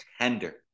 tender